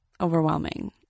overwhelming